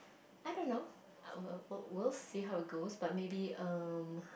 I don't know (uh)we'll~ we'll see how it goes but maybe um